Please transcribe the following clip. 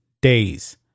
days